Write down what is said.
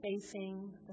Facing